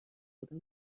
آدم